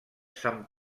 sant